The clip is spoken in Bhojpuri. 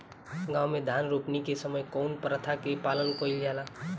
गाँव मे धान रोपनी के समय कउन प्रथा के पालन कइल जाला?